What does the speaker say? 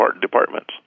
departments